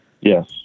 yes